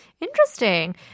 Interesting